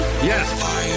Yes